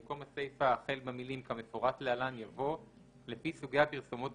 במקום הסיפה החל במילים "כמפורט להלן" יבוא "לפי סוגי הפרסומות